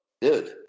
dude